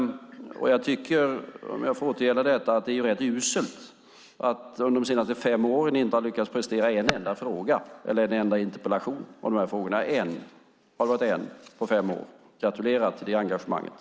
Jag tycker, om jag får återgälda detta, att det är rätt uselt att under de senaste fem åren inte ha lyckats prestera en enda fråga eller en enda interpellation om de här frågorna. En, har det varit en, på fem år? Gratulerar till det engagemanget!